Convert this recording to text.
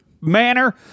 manner